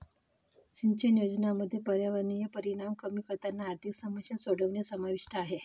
सिंचन योजनांमध्ये पर्यावरणीय परिणाम कमी करताना आर्थिक समस्या सोडवणे समाविष्ट आहे